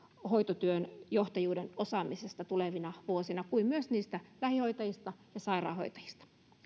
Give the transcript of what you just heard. hoitotyön johtajuuden osaamisesta kuin myös niistä lähihoitajista ja sairaanhoitajista